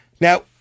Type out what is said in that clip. Now